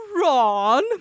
Ron